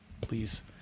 please